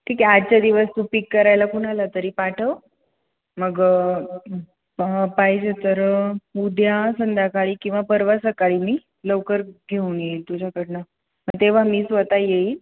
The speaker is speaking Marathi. ठीक आहे आजच्या दिवस तू पिक करायला कोणाला तरी पाठव मग पायजे तर उद्या संध्याकाळी किंवा परवा सकाळी मी लवकर घेऊन येईल तुझ्याकडुनं तेव्हा मी स्वतः येईल